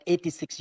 86